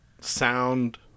sound